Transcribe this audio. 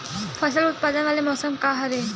फसल उत्पादन वाले मौसम का हरे?